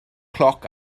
cloc